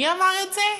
מי אמר את זה?